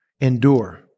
endure